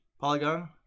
Polygon